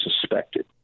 suspected